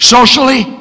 Socially